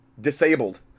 disabled